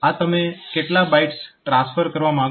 આ તમે કેટલા બાઇટ્સ ટ્રાન્સફર કરવા માંગો છો તે જોવા માટે છે